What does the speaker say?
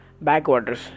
Backwaters